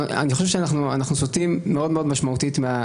אני חושב שאנחנו סוטים מאוד-מאוד משמעותית מהדיון.